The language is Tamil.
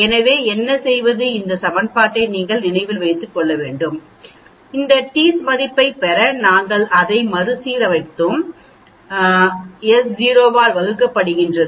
எனவே என்ன செய்வது இந்த சமன்பாட்டை நீங்கள் நினைவில் வைத்து நீங்கள் கணக்கிடுகிறீர்கள் இந்த t மதிப்பைப் பெற நாங்கள் அதை மறுசீரமைத்தோம் s0 ஆல் வகுக்கப்பட்டது